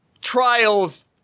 Trials